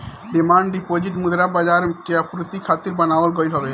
demand deposit मुद्रा बाजार के आपूर्ति खातिर बनावल गईल हवे